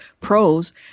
pros